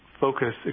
focus